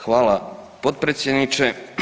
Hvala potpredsjedniče.